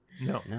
No